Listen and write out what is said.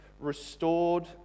restored